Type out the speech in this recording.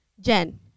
jen